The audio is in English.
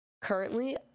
currently